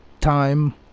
time